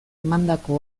emandako